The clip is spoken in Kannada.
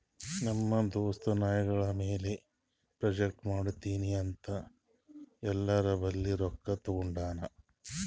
ನಮ್ ದೋಸ್ತ ನಾಯ್ಗೊಳ್ ಮ್ಯಾಲ ಪ್ರಾಜೆಕ್ಟ್ ಮಾಡ್ತೀನಿ ಅಂತ್ ಎಲ್ಲೋರ್ ಬಲ್ಲಿ ರೊಕ್ಕಾ ತಗೊಂಡಾನ್